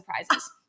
surprises